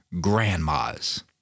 grandmas